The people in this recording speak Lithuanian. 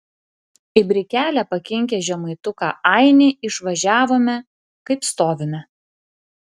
į brikelę pakinkę žemaituką ainį išvažiavome kaip stovime